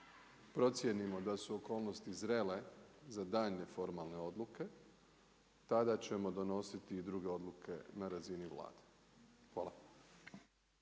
procijenimo da su okolnosti zrele za daljnje formalne odluke, tada ćemo donositi druge odluke na razini Vlade. Hvala.